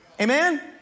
Amen